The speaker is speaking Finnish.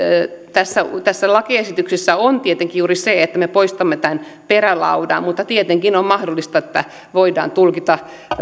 tässä tässä lakiesityksessä on tietenkin juuri se että me poistamme tämän perälaudan mutta tietenkin on mahdollista että voidaan tulkita